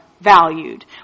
valued